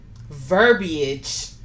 Verbiage